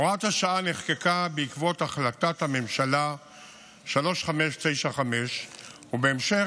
הוראת השעה נחקקה בעקבות החלטת הממשלה 3595 ובהמשך